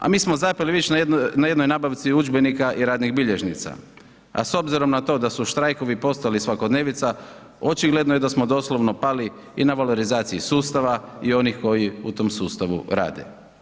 A mi smo zapeli već na jednoj nabavci udžbenika i radnih bilježnica, a s obzirom na to da su štrajkovi postali svakodnevica, očigledno je da smo doslovno pali i na valorizaciji sustava i onih koji u tom sustavu rade.